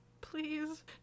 please